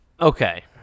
Okay